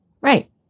Right